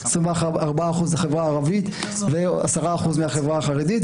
24% החברה הערבית ו-10% מהחברה החרדית,